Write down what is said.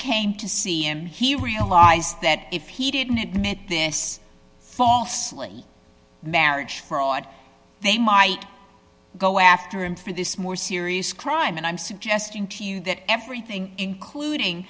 came to see him he realized that if he didn't admit this false marriage fraud they might go after him for this more serious crime and i'm suggesting to you that everything including